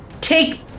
Take